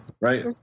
right